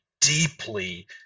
deeply